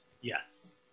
Yes